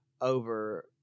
over